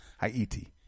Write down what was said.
Haiti